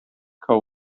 code